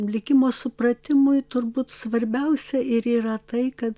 likimo supratimui turbūt svarbiausia ir yra tai kad